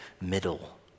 middle